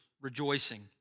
rejoicing